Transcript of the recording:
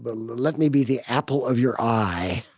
but let me be the apple of your eye.